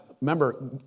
Remember